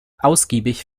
ausgiebig